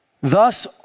Thus